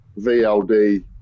VLD